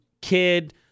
kid